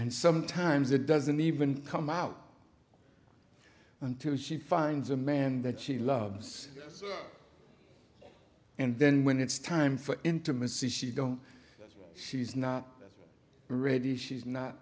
and sometimes it doesn't even come out until she finds a man that she loves and then when it's time for intimacy she don't she's not ready she's not